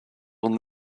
will